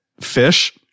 fish